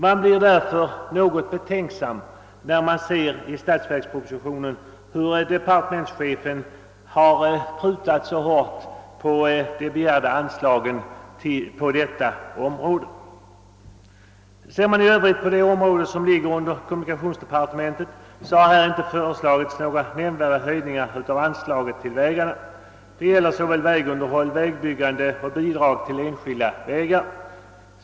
Man blir därför något betänksam, när man ser i statsverkspropositionen, hur hårt departementschefen har prutat på de begärda anslagen. Ser man i övrigt på det område som sorterar under kommunikationsdepartementet, finner man att några nämnvärda höjningar av anslaget till vägarna inte har föreslagits. Det gäller såväl vägunderhåll och vägbyggande som bidrag till enskilda vägar.